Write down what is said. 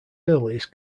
earliest